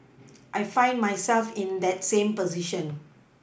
I find myself in that same position